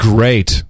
Great